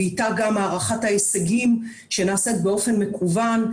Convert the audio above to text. ואיתה גם הערכת ההישגים שנעשית באופן מקוון.